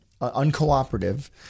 uncooperative